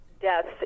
deaths